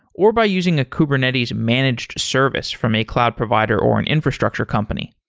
or by using a kubernetes managed service from a cloud provider or an infrastructure company,